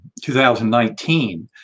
2019